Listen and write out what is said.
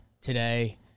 today